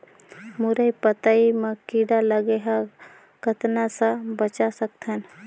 मुरई पतई म कीड़ा लगे ह कतना स बचा सकथन?